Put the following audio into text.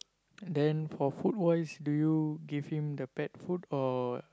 then for food wise do you give him the pet food or